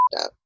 up